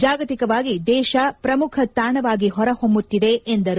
ಜಾಗತಿಕವಾಗಿ ದೇಶ ಪ್ರಮುಖ ತಾಣವಾಗಿ ಹೊರ ಹೊಮುತ್ತಿದೆ ಎಂದರು